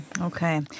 Okay